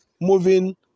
moving